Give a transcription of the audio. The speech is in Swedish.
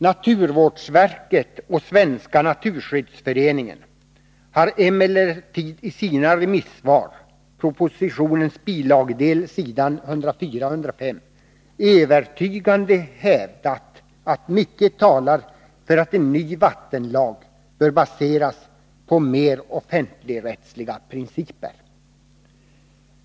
Naturvårdsverket och Svenska naturskyddsföreningen har emellertid i sina remissvar övertygande hävdat att mycket talar för att en ny vattenlag bör baseras på mer offentligrättsliga principer.